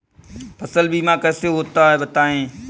फसल बीमा कैसे होता है बताएँ?